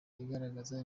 igaragaza